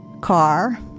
car